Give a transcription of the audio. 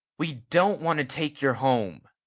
we don't want to take your home.